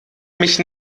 mich